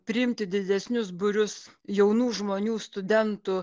priimti didesnius būrius jaunų žmonių studentų